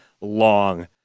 long